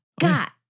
Got